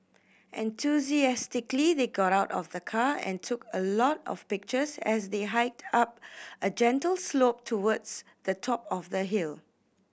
enthusiastically they got out of the car and took a lot of pictures as they hiked up a gentle slope towards the top of the hill